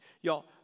Y'all